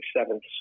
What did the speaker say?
seventh